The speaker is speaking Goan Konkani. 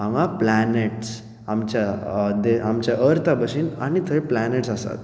हांगा प्लैनट्स आमच्या अंधे आमच्या अर्था भशेन आनीक थंय प्लैनेट्स आसात